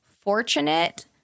fortunate